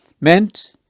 meant